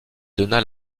donna